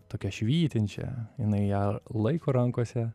tokią švytinčią jinai ją laiko rankose